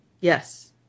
Yes